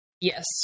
Yes